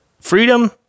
freedom